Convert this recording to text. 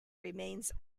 remains